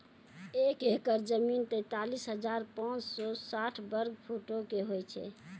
एक एकड़ जमीन, तैंतालीस हजार पांच सौ साठ वर्ग फुटो के होय छै